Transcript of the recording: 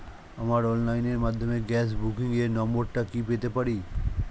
আমার অনলাইনের মাধ্যমে গ্যাস বুকিং এর নাম্বারটা কি পেতে পারি?